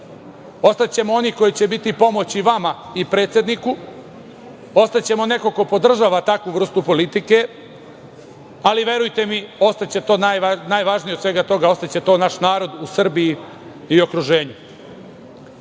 ostaćemo oni koji ćemo biti pomoć i vama i predsedniku, ostaćemo neko ko podržava takvu vrstu politike, ali verujte mi, najvažnije od svega toga, ostaće to naš narod u Srbiji i okruženju. Apropo